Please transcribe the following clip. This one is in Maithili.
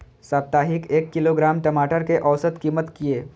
साप्ताहिक एक किलोग्राम टमाटर कै औसत कीमत किए?